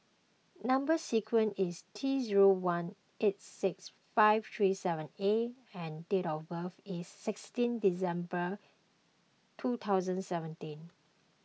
Number Sequence is T zero one eight six five three seven A and date of birth is sixteen December two thousand and seventeen